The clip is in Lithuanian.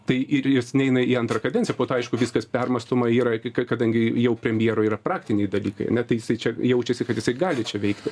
tai ir jis neina į antrą kadenciją po to aišku viskas permąstoma yra kadangi jau premjero yra praktiniai dalykai ane tai jisai čia jaučiasi kad visi gali čia veikti